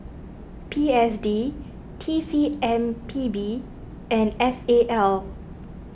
P S D T C M P B and S A L